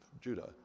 Judah